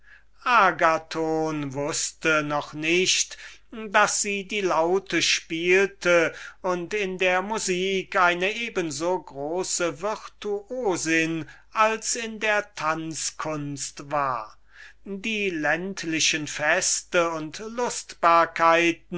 agathon wußte noch nicht daß sie die laute spielte und in der musik eine eben so große virtuosin als in der tanzkunst war die feste und